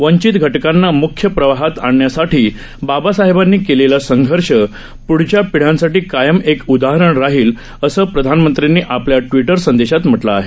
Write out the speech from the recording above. वंचित घाकांना मुख्य प्रवाहात आणण्यासाठी बाबाबासाहेबांनी केलेला संघर्ष प्ढच्या पिढ़्यांसाठी कायम एक उदाहरण राहील असं प्रधानमंत्र्यांनी ट्वि र संदेशात म्ह लं आहे